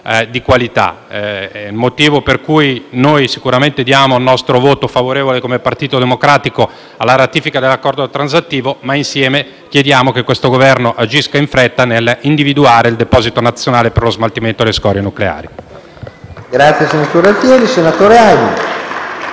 di qualità. Per tale motivo noi sicuramente daremo il nostro voto favorevole, come Partito Democratico, alla ratifica dell'Accordo transattivo ma insieme chiediamo che questo Governo agisca in fretta nell'individuare il deposito nazionale per lo smaltimento delle scorie nucleari.